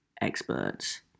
experts